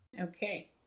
Okay